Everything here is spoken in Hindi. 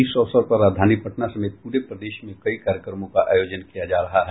इस अवसर पर राजधानी पटना समेत पूरे प्रदेश में कई कार्यक्रमों का आयोजन किया जा रहा है